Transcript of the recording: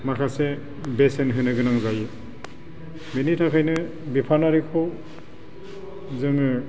माखासे बेसेन होनोगोनां जायो बेनि थाखायनो बिफानारिखौ जोङो